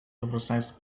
oversized